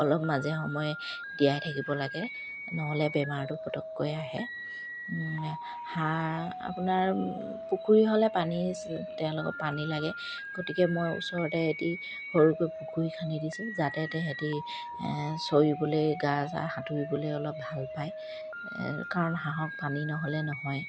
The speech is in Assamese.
অলপ মাজে সময়ে দিয়াই থাকিব লাগে নহ'লে বেমাৰটো পটককৈ আহে হাঁহ আপোনাৰ পুখুৰী হ'লে পানী তেওঁলোকক পানী লাগে গতিকে মই ওচৰতে এদি সৰুকৈ পুখুৰী খান্দি দিছোঁ যাতে তেহেঁতি চৰিবলে গা চা সাঁতুৰিবলে অলপ ভাল পায় কাৰণ হাঁহক পানী নহ'লে নহয়